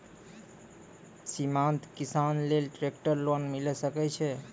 सीमांत किसान लेल ट्रेक्टर लोन मिलै सकय छै?